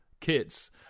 kits